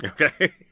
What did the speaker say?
okay